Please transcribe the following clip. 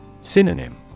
Synonym